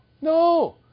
No